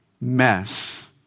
mess